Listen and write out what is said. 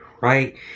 right